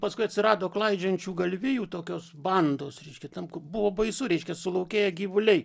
paskui atsirado klaidžiojančių galvijų tokios bandos kitam buvo baisu reiškia sulaukėję gyvuliai